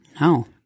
No